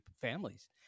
families